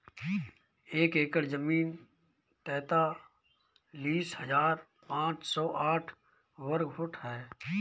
एक एकड़ जमीन तैंतालीस हजार पांच सौ साठ वर्ग फुट ह